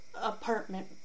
apartment